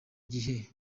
gihe